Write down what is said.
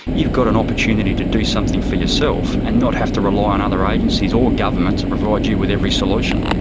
you've got an opportunity to do something for yourself and not have to rely on other agencies or government to provide you with every solution.